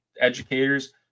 educators